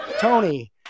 Tony